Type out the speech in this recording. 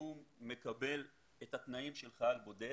והוא מקבל את התנאים של חייל בודד.